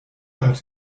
hat